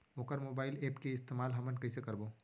वोकर mobile app के इस्तेमाल हमन कइसे करबो?